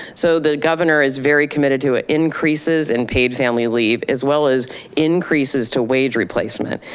so the governor is very committed to increases in paid family leave as well as increases to wage replacement.